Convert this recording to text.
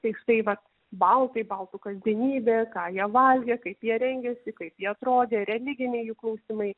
tai štai vat baltai baltų kasdienybė ką jie valgė kaip jie rengėsi kaip jie atrodė religiniai jų klausimai